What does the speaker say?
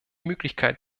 möglichkeit